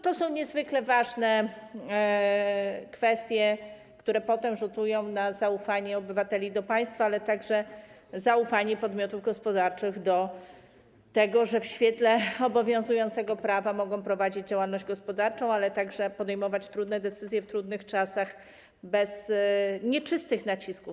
To są niezwykle ważne kwestie, które potem rzutują na zaufanie obywateli do państwa, jak również na zaufanie podmiotów gospodarczych do tego, że w świetle obowiązującego prawa mogą prowadzić działalność gospodarczą, ale także podejmować trudne decyzje w trudnych czasach bez nieczystych nacisków.